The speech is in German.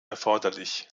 erforderlich